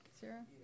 Sarah